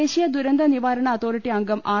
ദേശീയ ദുരന്ത നിവാരണ അതോറിറ്റി അംഗം ആർ